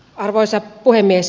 arvoisa puhemies